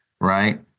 right